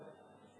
לך,